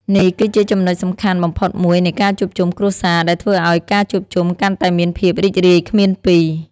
នេះគឺជាចំណុចសំខាន់បំផុតមួយនៃការជួបជុំគ្រួសារ ដែលធ្វើឲ្យការជួបជុំកាន់តែមានភាពរីករាយគ្មានពីរ។